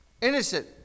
Innocent